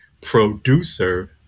producer